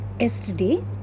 Yesterday